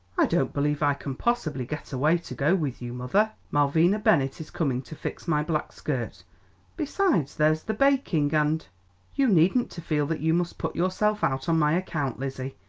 i don't believe i can possibly get away to go with you, mother. malvina bennett is coming to fix my black skirt besides, there's the baking and you needn't to feel that you must put yourself out on my account, lizzie,